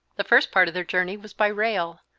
the first part of their journey was by rail,